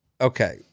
Okay